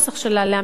לאמץ אותה,